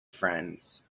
friends